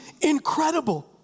incredible